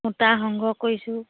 সূতা সংগ্ৰহ কৰিছোঁ